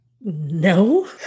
No